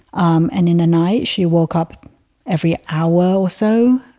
um and in the night, she woke up every hour or so.